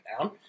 down